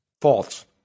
False